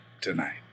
tonight